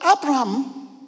Abraham